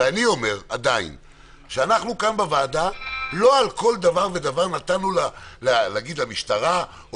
אנחנו בוועדה לא על כל דבר נתנו למשטרה או